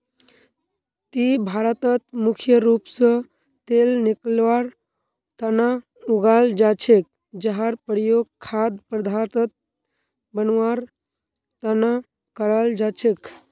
तिल भारतत मुख्य रूप स तेल निकलवार तना उगाल जा छेक जहार प्रयोग खाद्य पदार्थक बनवार तना कराल जा छेक